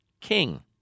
King